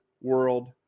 world